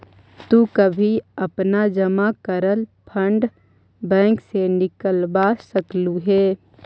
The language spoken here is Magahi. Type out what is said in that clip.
तु कभी अपना जमा करल फंड बैंक से निकलवा सकलू हे